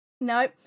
No